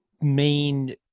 main